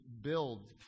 build